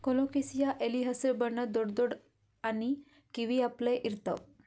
colocasia ಎಲಿ ಹಸ್ರ್ ಬಣ್ಣದ್ ದೊಡ್ಡ್ ದೊಡ್ಡ್ ಆನಿ ಕಿವಿ ಅಪ್ಲೆ ಇರ್ತವ್